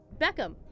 Beckham